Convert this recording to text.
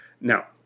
Now